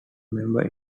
members